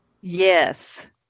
Yes